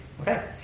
Okay